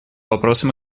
вопросам